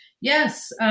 Yes